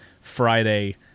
Friday